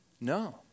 No